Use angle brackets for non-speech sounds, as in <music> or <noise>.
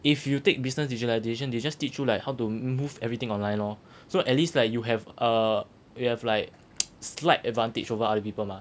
if you take business digitalisation they just teach you like how to move everything online lor so at least like you have a you have like <noise> slight advantage over other people mah